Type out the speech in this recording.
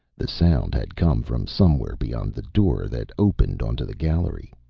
the sound had come from somewhere beyond the door that opened on to the gallery.